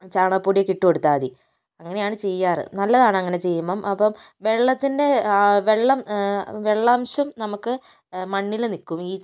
ചാണകപ്പൊടിയൊക്കെ ഇട്ടുകൊടുത്താൽ മതി അങ്ങനെയാണ് ചെയ്യാറ് നല്ലതാണ് അങ്ങനെ ചെയ്യുമ്പോൾ അപ്പം വെള്ളത്തിൻറെ വെള്ളം വെള്ളാംശം നമുക്ക് മണ്ണിൽ നിൽക്കും ഈ